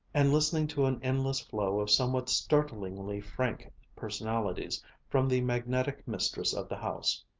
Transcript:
and listening to an endless flow of somewhat startlingly frank personalities from the magnetic mistress of the house.